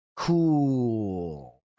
cool